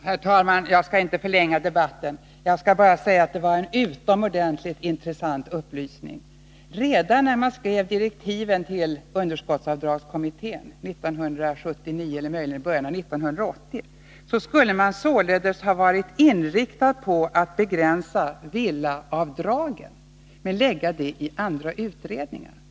Herr talman! Jag skall inte förlänga debatten. Jag vill bara säga att det var en utomordentligt intressant upplysning jag fick. Redan när man skrev direktiven till underskottsavdragskommittén 1979 eller möjligen i början av 1980 skulle man således ha varit inriktad på att begränsa villaavdragen men lägga den frågan i andra utredningar.